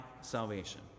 salvation